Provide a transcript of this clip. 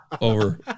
over